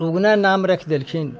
उगना नाम राखि देलखिन